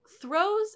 throws